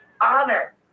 honor